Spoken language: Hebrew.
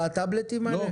הטאבלטים האלה?